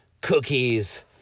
Cookies